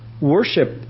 worship